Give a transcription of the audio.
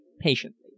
patiently